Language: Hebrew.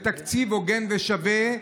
בתקציב הוגן ושווה,